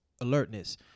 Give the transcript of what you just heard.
alertness